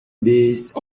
based